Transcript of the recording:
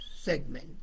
Segment